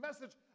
message